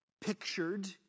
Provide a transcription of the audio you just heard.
pictured